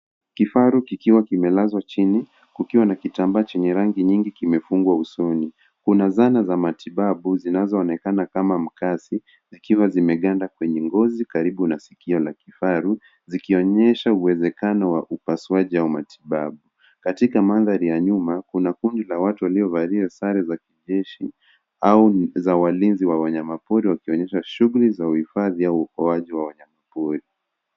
Kifaru kikiwa kimelazwa chini kukiwa na kitambaa chenye rangi nyingi kimefungwa usoni. Kuna zana za matibabu zinazoonekana kama makasi zikiwa zimeganda kwenye ngozi karibu na sikio la kifaru zikionyesha uwezekano wa upasuaji au matibabu. Katika mandhari ya nyuma kuna kundi la watu waliovalia sare za kijeshi au za walinzi wa wanyamapori wakionyesha shughuli za uhifadhi au uokoaji wa wanyamapori.